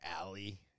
alley